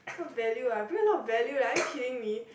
what value ah i bring a lot of value eh are you kidding me